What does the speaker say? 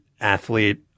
athlete